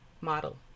model